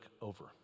over